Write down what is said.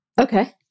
Okay